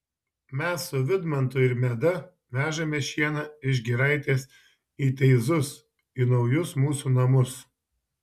mes su vidmantu ir meda vežame šieną iš giraitės į teizus į naujus mūsų namus